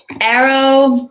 Arrow